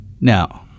Now